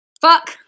Fuck